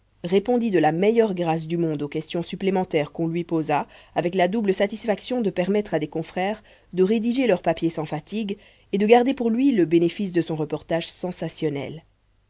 répondit de la meilleure grâce du monde aux questions supplémentaires qu'on lui posa avec la double satisfaction de permettre à des confrères de rédiger leur papier sans fatigue et de garder pour lui le bénéfice de son reportage sensationnel